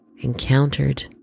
encountered